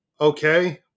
okay